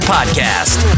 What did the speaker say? Podcast